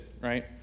right